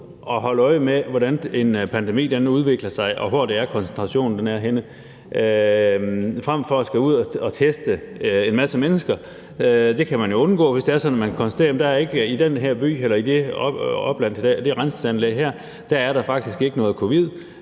at holde øje med, hvordan en pandemi udvikler sig, på, og hvor koncentrationen er henne, frem for at skulle ud og teste en masse mennesker. Det kan man nemlig undgå, hvis det er sådan, at man kan konstatere, at der i den her by eller i det her opland eller på det her rensningsanlæg her ikke er noget covid.